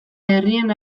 herrien